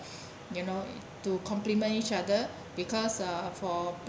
you know to complement each other because uh for